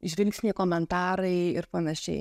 žvilgsniai komentarai ir panašiai